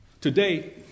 Today